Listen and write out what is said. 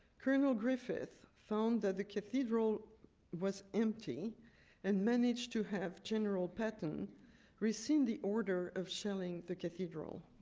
colonel griffith found that the cathedral was empty and managed to have general patton rescind the order of shelling the cathedral.